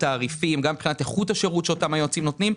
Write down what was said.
תעריפים ואיכות שירות שאותם יועצים נותנים.